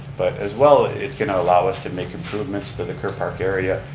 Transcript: but as well, it's going to allow us to make improvements to the ker park area,